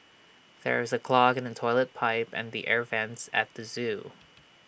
there is A clog in the Toilet Pipe and the air Vents at the Zoo